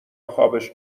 خابش